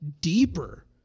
deeper